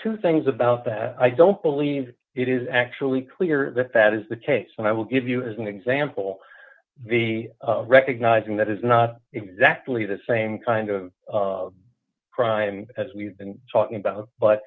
two things about that i don't believe it is actually clear that that is the case and i will give you as an example the recognizing that is not exactly the same kind of crime as we've been talking about